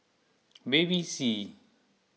Bevy C